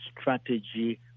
strategy